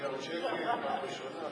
מיליארד שקל, פעם ראשונה.